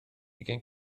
ugain